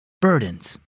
Burdens